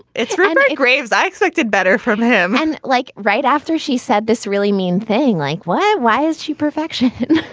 it's right graves i expected better from him and like right after she said this really mean thing, like, why? why is she perfection?